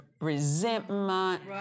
resentment